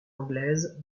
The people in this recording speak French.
anglaise